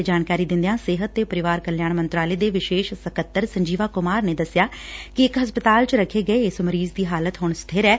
ਇਹ ਜਾਣਕਾਰੀ ਦਿੰਦਿਆਂ ਸਿਹਤ ਤੇ ਪਰਿਵਾਰ ਕਲਿਆਣ ਮੰਤਰਾਲੇ ਦੇ ਵਿਸ਼ੇਸ਼ ਸਕੱਤਰ ਸੰਜੀਵ ਕੁਮਾਰ ਨੇ ਦਸਿਐ ਕਿ ਇਕ ਹਸਪਤਾਲ ਚ ਰੱਖੇ ਗਏ ਇਸ ਮਰੀਜ਼ ਦੀ ਹਾਲਤ ਹੁਣ ਸਥਿਰ ਐ